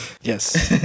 Yes